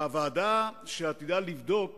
הוועדה עתידה לבדוק